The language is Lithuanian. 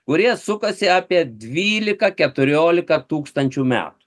kurie sukasi apie dvylika keturiolika tūkstančių metų